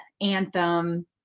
anthem